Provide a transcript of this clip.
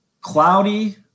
cloudy